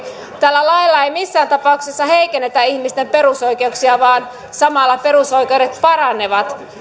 tällä lailla ei missään tapauksessa heikennetä ihmisten perusoikeuksia vaan samalla perusoikeudet paranevat